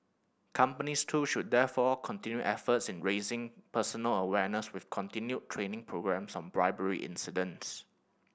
companies too should therefore continue efforts in raising personal awareness with continued training programmes on bribery incidents